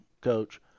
coach